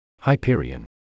Hyperion